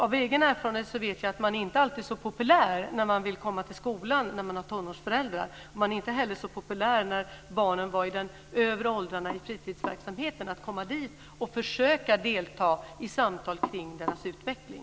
Av egen erfarenhet vet jag att man inte alltid är så populär när man vill komma till skolan när man har tonårsbarn. Man är inte heller alltid så populär när man som förälder till barn i de högre åldrarna i fritidsverksamheten vill komma till fritids och försöka delta i samtal kring deras utveckling.